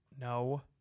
No